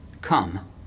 Come